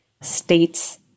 states